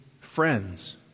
friends